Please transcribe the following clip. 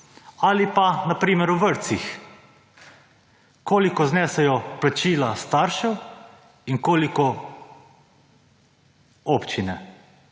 Ali pa na primer v vrtcih. Koliko znesejo plačila staršev in koliko občine?